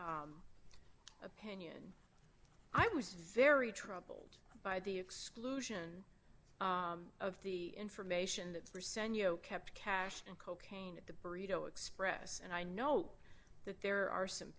s opinion i was very troubled by the exclusion of the information that percent kept cash and cocaine at the burrito express and i know that there are some